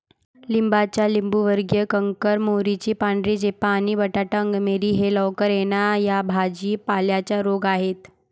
लिंबाचा लिंबूवर्गीय कॅन्कर, मोहरीची पांढरी चेपा आणि बटाटा अंगमेरी हे लवकर येणा या भाजी पाल्यांचे रोग आहेत